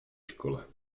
škole